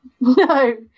No